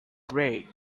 grey